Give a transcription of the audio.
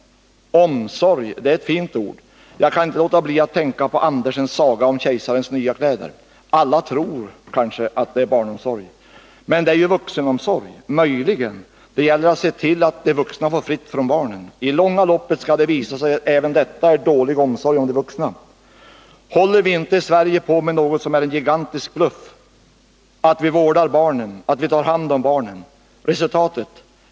Omsorg är ett fint ord. Jag kan inte låta bli att tänka på Andersens saga om Kejsarens nya kläder. Alla tror att det är fråga om barnomsorg. Men det är ju vuxenomsorg — möjligen. Det gäller att se till, att de vuxna får fritt från barnen. I det långa loppet skall det visa sig att detta även är dålig omsorg om de vuxna. Håller vi inte i Sverige på med något som är en gigantisk bluff: att vi vårdar barnen, att vi tar hand om barnen? Resultatet?